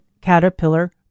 caterpillar